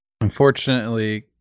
Unfortunately